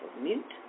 mute